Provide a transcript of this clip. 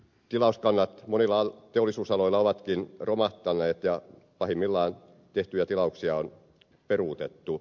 tilauskannat monilla teollisuusaloilla ovatkin romahtaneet ja pahimmillaan on tehtyjä tilauksia peruutettu